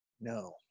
No